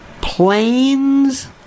Planes